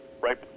right